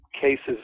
cases